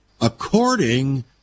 according